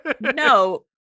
No